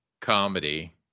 comedy